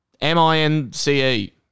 M-I-N-C-E